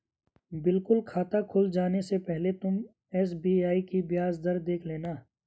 बिल्कुल खाता खुल जाने से पहले तुम एस.बी.आई की ब्याज दर देख लेना